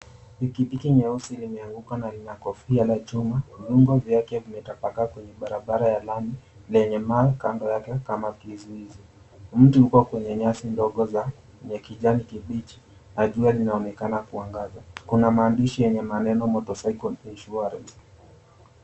Pikipiki nyeusi limeanguka na lina kofia la chuma. Vyuma vyake vimetapakaa kwenye barabara ya lami lenye mawe kando yake kama kizuizi. Mtu yuko kwenye nyasi ndogo za kijani kibichi na jua linaonekana kuangaza. Kuna maandishi yenye maneno (cs)motorcycle insurance .